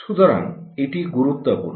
সুতরাং এটি গুরুত্বপূর্ণ